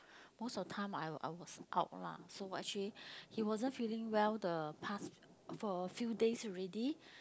most of the time I I was out lah so actually he wasn't feeling well the pass for a few days already